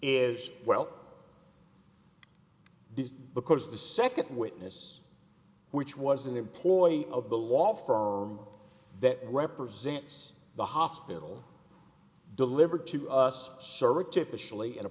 is well did because of the second witness which was an employee of the law firm that represents the hospital delivered to us